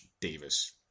Davis